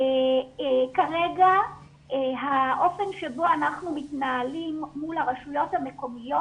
כרגע האופן שבו אנחנו מתנהלים מול הרשויות המקומיות